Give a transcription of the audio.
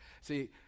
See